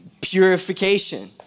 purification